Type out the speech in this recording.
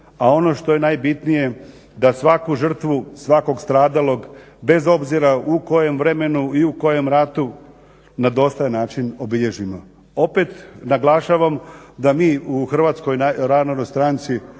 a ono što je najbitnije da svaku žrtvu, svakog stradalog, bez obzira u kojem vremenu i u kojem ratu na dostojan način obilježimo. Opet naglašavam da mi u HNS-u na ovaj